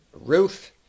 Ruth